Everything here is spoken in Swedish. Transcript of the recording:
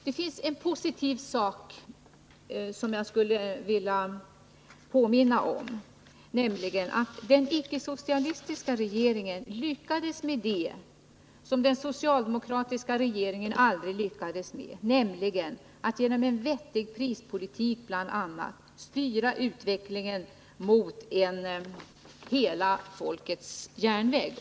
Det finns en positiv sak som jag skulle vilja påminna om, nämligen att den icke-socialistiska regeringen lyckades med det som ingen socialdemokratisk regering lyckades med: att bl.a. genom en vettig prispolitik styra trafikutvecklingen mot en ”hela folkets järnväg”.